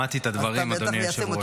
שמעתי את הדברים, אדוני היושב-ראש.